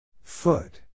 Foot